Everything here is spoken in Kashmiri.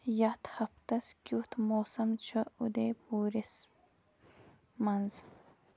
یتھ ہفتس کِیُتھ موسم چھُ اُدے پوٗرِس منز ؟